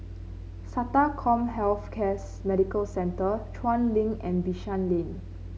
SATA CommHealth Case Medical Centre Chuan Link and Bishan Lane